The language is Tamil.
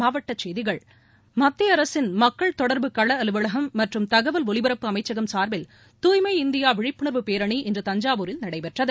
மாவட்டச் செப்திகள் மத்திய அரசின் மக்கள் தொடர்பு கள அலுவலகம் மற்றும் தகவல் ஒலிபரப்பு அமைச்சகம் சார்பில் தூய்மை இந்தியா விழிப்புணர்வு பேரணி இன்று தஞ்சாவூரில் நடைபெற்றது